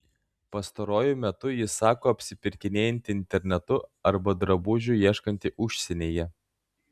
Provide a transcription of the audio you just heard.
pastaruoju metu ji sako apsipirkinėjanti internetu arba drabužių ieškanti užsienyje